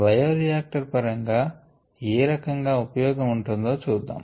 bioreactor పరం గా ఏ రకంగా ఉపయోగం ఉంటుందో చూద్దాము